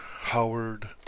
Howard